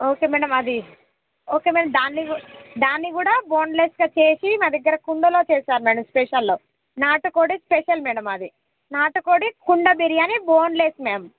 okay madam అది okay madam దాని కూ దాన్ని కూడా బోన్ లెస్గా చేసి మా దగ్గర కుండలో చేస్తారు మేడం స్పెషల్ నాటుకోడి స్పెషల్ మేడం మాది నాటుకోడి కుండ బిర్యానీ బోన్ లెస్ మేము